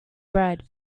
bread